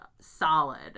solid